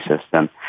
System